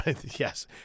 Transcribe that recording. Yes